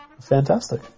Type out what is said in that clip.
fantastic